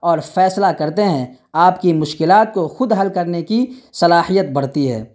اور فیصلہ کرتے ہیں آپ کی مشکلات کو خود حل کرنے کی صلاحیت بڑھتی ہے